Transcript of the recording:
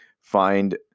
find